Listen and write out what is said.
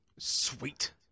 Sweet